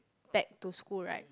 back to school right